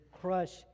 crush